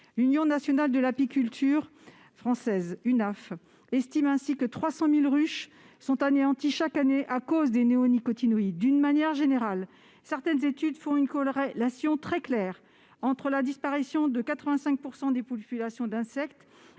L'Union nationale de l'apiculture française, l'UNAF, estime ainsi que 300 000 ruches sont anéanties chaque année à cause des néonicotinoïdes. D'une manière générale, certaines études font une corrélation très claire entre leur autorisation et la disparition de 85 % des populations d'insectes